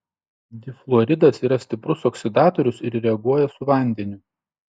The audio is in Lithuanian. difluoridas yra stiprus oksidatorius ir reaguoja su vandeniu